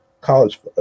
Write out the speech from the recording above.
College